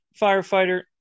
firefighter